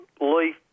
leaf